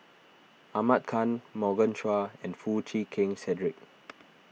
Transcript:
Ahmad Khan Morgan Chua and Foo Chee Keng Cedric